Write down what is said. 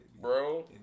bro